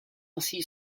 ainsi